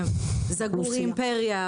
"זגורי אימפריה",